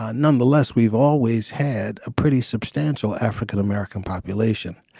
ah nonetheless we've always had a pretty substantial african-american population.